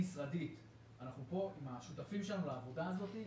אנחנו פה עם השותפים שלנו לעבודה הזאת.